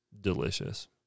delicious